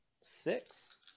six